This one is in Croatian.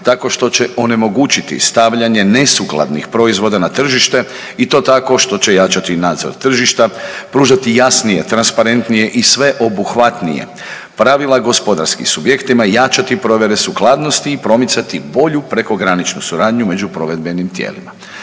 tako što će onemogućiti stavljanje nesukladnih proizvoda na tržište i to tako što će jačati nadzor tržišta, pružati jasnije, transparentnije i sveobuhvatnije pravila gospodarskim subjektima, jačati provjere sukladnosti i promicati bolju prekograničnu suradnju među provedbenim tijelima.